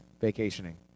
vacationing